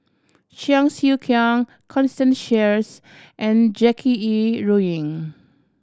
Cheong Siew Keong Constance Sheares and Jackie Yi Ru Ying